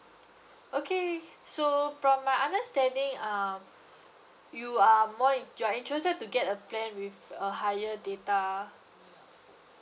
okay so from my understanding um you are more int~ you are interested to get a plan with a higher data